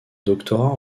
doctorat